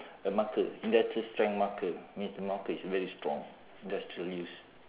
a marker industrial strength marker means the marker is very strong industrial use